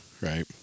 Right